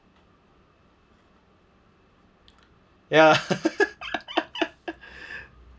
ya